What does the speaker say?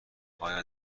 آیا